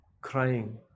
crying